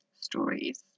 stories